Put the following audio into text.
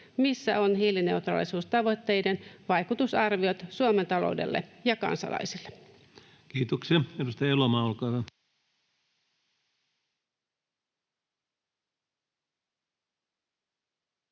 Missä ovat hiilineutraalisuustavoitteiden vaikutusarviot Suomen taloudelle ja kansalaisille? Kiitoksia. — Edustaja Elomaa, olkaa hyvä.